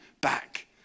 back